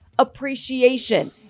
Appreciation